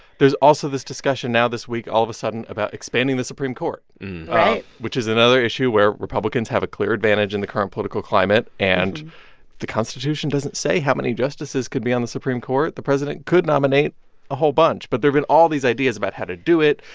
there's also this discussion now this week, all of a sudden, about expanding the supreme court right which is another issue where republicans have a clear advantage in the current political climate, and the constitution doesn't say how many justices could be on the supreme court. the president could nominate a whole bunch, but there've been all these ideas about how to do it.